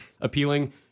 appealing